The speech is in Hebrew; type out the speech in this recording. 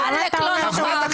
עאלק לא נוכח.